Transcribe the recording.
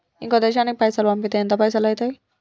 ఇంకో దేశానికి పైసల్ పంపితే ఎంత పైసలు అయితయి?